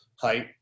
height